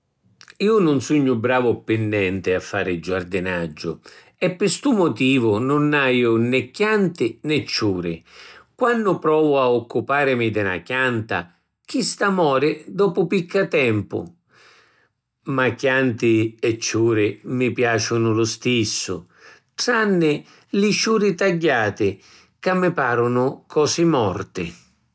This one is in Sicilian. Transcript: Ju nun sugnu bravu pi nenti a fari giardinaggiu e pi stu mutivu nun aju né chianti né ciuri. Quannu provu a occuparimi di na chianta, chista mori dopu picca tempu. Ma chianti e ciuri mi piaciunu lu stissu, tranni li ciuri tagghiati ca mi parunu cosi morti.